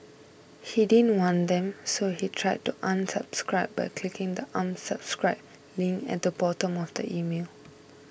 he didn't want them so he tried to unsubscribe by clicking the Unsubscribe link at the bottom of the email